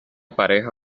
pareja